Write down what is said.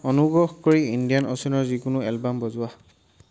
অনুগ্ৰহ কৰি ইণ্ডিয়ান অ'চেনৰ যিকোনো এলবাম বজোৱা